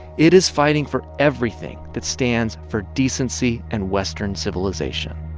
it is fighting for everything that stands for decency and western civilization.